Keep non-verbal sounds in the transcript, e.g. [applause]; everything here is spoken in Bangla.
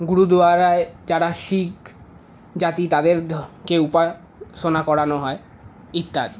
গুরুদুয়ারায় যারা শিখ জাতি তাদেরকে [unintelligible] উপাসনা করানো হয় ইত্যাদি